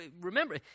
remember